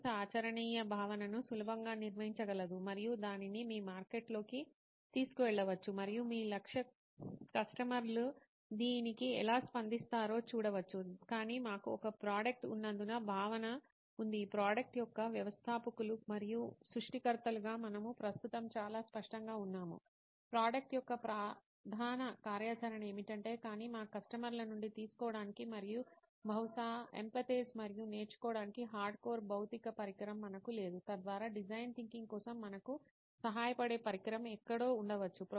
కనీస ఆచరణీయ భావనను సులభంగా నిర్మించగలదు మరియు దానిని మీ మార్కెట్లోకి తీసుకెళ్లవచ్చు మరియు మీ లక్ష్య కస్టమర్లు దీనికి ఎలా స్పందిస్తారో చూడవచ్చు కాని మాకు ఒక ప్రోడక్ట్ ఉన్నందున భావన ఉంది ఈ ప్రోడక్ట్ యొక్క వ్యవస్థాపకులు మరియు సృష్టికర్తలుగా మనము ప్రస్తుతం చాలా స్పష్టంగా ఉన్నాము ప్రోడక్ట్ యొక్క ప్రధాన కార్యాచరణ ఏమిటంటే కానీ మా కస్టమర్ల నుండి తీసుకోవటానికి మరియు బహుశా ఎమ్పాతిజ్ మరియు నేర్చుకోవటానికి హార్డ్కోర్ భౌతిక పరికరం మనకు లేదు తద్వారా డిజైన్ థింకింగ్ కోసం మనకు సహాయపడే పరికరం ఎక్కడో ఉండవచ్చు